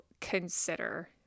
consider